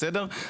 בסדר?